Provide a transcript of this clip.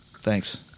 Thanks